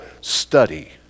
study